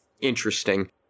interesting